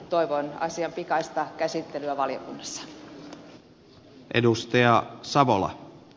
toivon asian pikaista käsittelyä valiokunnassa